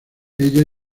ella